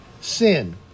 sin